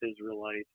israelite